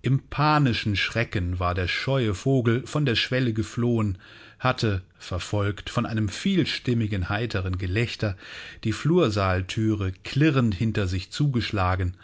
im panischen schrecken war der scheue vogel von der schwelle geflohen hatte verfolgt von einem vielstimmigen heiteren gelächter die flursaalthüre klirrend hinter sich zugeschlagen